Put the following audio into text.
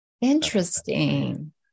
Interesting